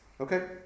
Okay